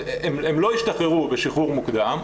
הם לא השתחררו בשחרור מוקדם,